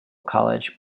college